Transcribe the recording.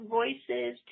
voices